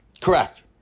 Correct